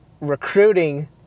Recruiting